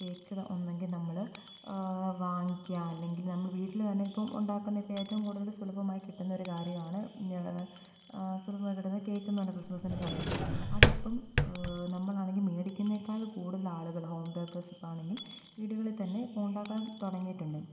cake ഒന്നെങ്കില് നമ്മള് വാങ്ങിക്കുക അല്ലെങ്കില് നമ്മള് വീട്ടില്ത്തന്നെ ഇപ്പോള് ഉണ്ടാക്കുന്നതിപ്പോള് ഏറ്റവും കൂടുതല് സുലഭമായി കിട്ടുന്ന ഒരു കാര്യമാണ് സുലഭമായി കിട്ടുന്ന കേക്കെന്ന് പറയുന്ന ക്രിസ്മസിന്റെ സമയത്ത് അതിപ്പോള് നമ്മളാണെങ്കില് മേടിക്കുന്നതിനേക്കാൾ കൂടുതലാളുകൾ ഹോം ബേക്കേഴ്സിപ്പോള് ആണെങ്കില് വീടുകളിൽത്തന്നെ ഇപ്പോള് ഉണ്ടാക്കാൻ തുടങ്ങിയിട്ടുണ്ട്